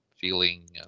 feeling